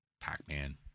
Pac-Man